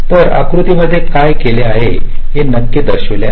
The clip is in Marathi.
तर या आकृतीमध्ये आपण काय केले हे नक्की दर्शविले आहे